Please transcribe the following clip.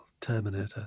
Terminator